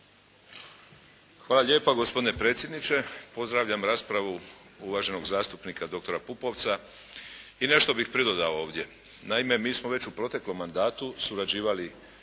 Hvala lijepa gospodine predsjedniče. Pozdravljam raspravu uvaženog zastupnika doktora Pupovca i nešto bih pridodao ovdje. Naime mi smo već u proteklom mandatu surađivali